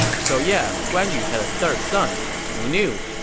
so yeah, guan yu had a third son. who knew?